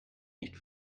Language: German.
nicht